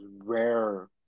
rare